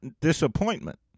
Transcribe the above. Disappointment